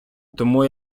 тому